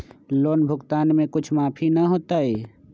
Loan भुगतान में कुछ माफी न होतई?